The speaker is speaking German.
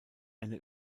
eine